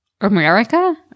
America